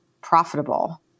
profitable